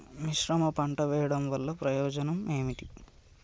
మిశ్రమ పంట వెయ్యడం వల్ల ప్రయోజనం ఏమిటి?